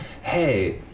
hey